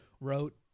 Wrote